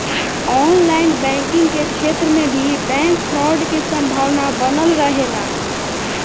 online banking के क्षेत्र में भी बैंक फ्रॉड के संभावना बनल रहेला